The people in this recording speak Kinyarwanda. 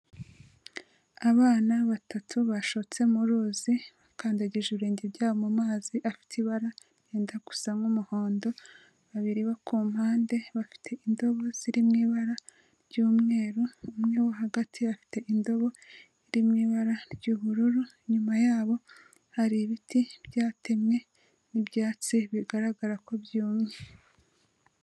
Abana batatu bashotse mu ruzi bakandagije ibirenge byabo mu mazi, afite ibara ryenda gusa nk'umuhondo, babiri bo ku mpande bafite indobo ziri mu ibara ry'umweru, umwe wo hagati afite indobo iri mu ibara ry'ubururu, inyuma yabo hari ibiti byatemwe n'ibyatsi bigaragara ko byumye.